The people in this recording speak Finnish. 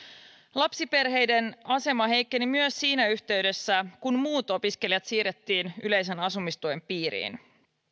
lapsiperheiden asema heikkeni myös siinä yhteydessä kun muut opiskelijat siirrettiin yleisen asumistuen piiriin